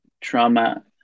trauma